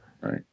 Right